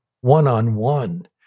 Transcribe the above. one-on-one